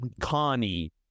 Connie